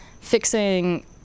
fixing